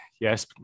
yes